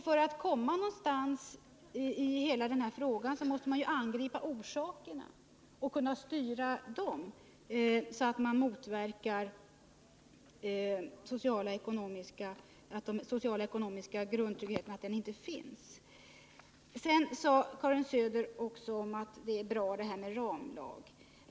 För att komma någonstans i hela denna fråga måste man angripa orsakerna och kunna styra dem, så att man motverkar förhållanden där den sociala och ekonomiska grundtryggheten inte finns. Sedan sade Karin Söder att det är bra med en ramlag.